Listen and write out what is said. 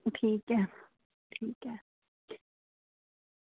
ठीक ऐ ठीक ऐ